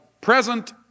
present